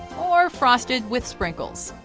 or frosted with sprinkles.